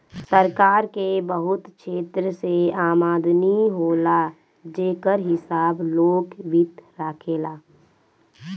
सरकार के बहुत क्षेत्र से आमदनी होला जेकर हिसाब लोक वित्त राखेला